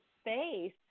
space